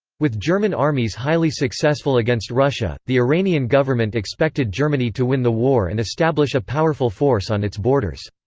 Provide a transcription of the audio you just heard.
with german armies highly successful against russia, the iranian government expected germany to win the war and establish a powerful force on its borders.